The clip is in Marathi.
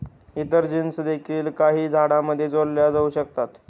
इतर जीन्स देखील काही झाडांमध्ये जोडल्या जाऊ शकतात